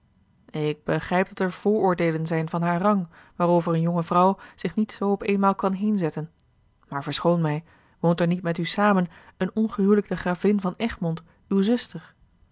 ik begrijp dat er vooroordeelen zijn van haar rang waarover eene jonge vrouw zich niet zoo op eenmaal kan heenzetten maar verschoon mij woont er niet met u samen eene ongehijlikte gravin van egmond uwe zuster